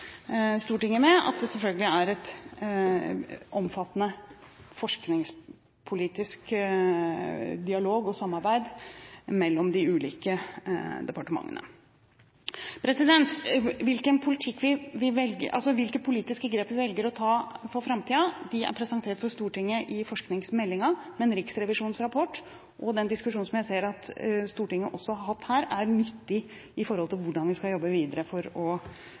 Stortinget med at det selvfølgelig er en omfattende forskningspolitisk dialog og et samarbeid mellom de ulike departementene. Hvilke politiske grep vi velger å ta for framtiden, er presentert for Stortinget i forskningsmeldingen, men Riksrevisjonens rapport og den diskusjonen som jeg ser at Stortinget også har hatt her, er nyttig med tanke på hvordan vi skal jobbe videre for å